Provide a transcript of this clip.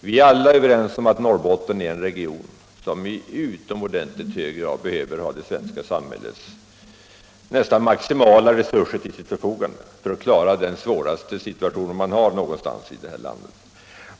Vi är alla överens om att Norrbotten är en region som i utomordentligt hög grad behöver ha det svenska samhällets nästan maximala resurser till sitt förfogande för att klara den svåraste sysselsättningssituation som man har någonstans i det här landet.